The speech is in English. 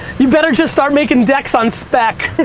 you better just start making decks on spec.